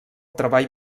treball